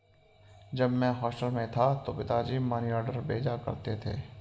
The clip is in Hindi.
जब मैं हॉस्टल में था तो पिताजी मनीऑर्डर भेजा करते थे